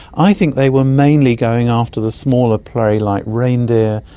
i think they were mainly going after the smaller prey like reindeer,